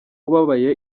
ubabaye